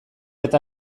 eta